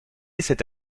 cette